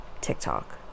tiktok